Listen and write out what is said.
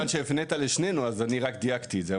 בגלל שהפנית לשנינו אז אני רק דייקתי את זה.